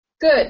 Good